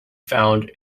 found